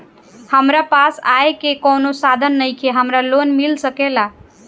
हमरा पास आय के कवनो साधन नईखे हमरा लोन मिल सकेला?